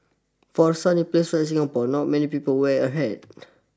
for a sunny place like Singapore not many people wear a hat